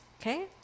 Okay